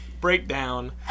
Breakdown